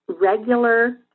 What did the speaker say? regular